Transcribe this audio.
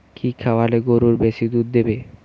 কি খাওয়ালে গরু বেশি দুধ দেবে?